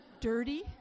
dirty